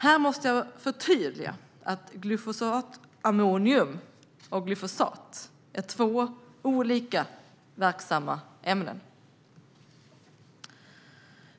Jag måste förtydliga att glufosinatammonium och glyfosat är två olika verksamma ämnen.